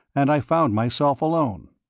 and i found myself alone.